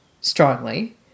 strongly